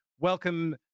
Welcome